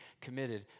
committed